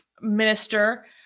Minister